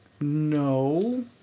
no